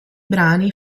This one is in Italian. brani